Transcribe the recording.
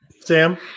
Sam